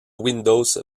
windows